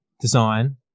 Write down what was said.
design